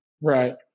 Right